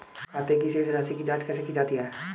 खाते की शेष राशी की जांच कैसे की जाती है?